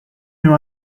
you